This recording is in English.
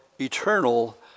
eternal